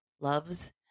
loves